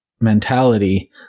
mentality